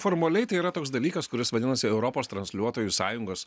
formaliai tai yra toks dalykas kuris vadinasi europos transliuotojų sąjungos